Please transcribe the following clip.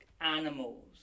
animals